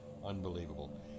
Unbelievable